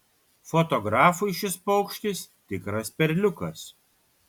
fotografui šis paukštis tikras perliukas